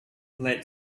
let